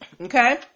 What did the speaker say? okay